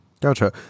Gotcha